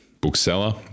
bookseller